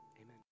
amen